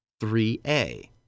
3A